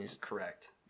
Correct